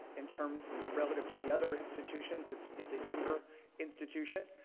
in terms and relative to the other institutions. it's it's a younger institution.